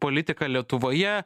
politiką lietuvoje